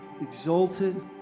exalted